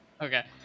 Okay